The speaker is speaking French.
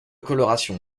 coloration